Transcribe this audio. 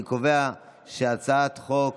אני קובע שהצעת החוק